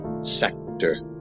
sector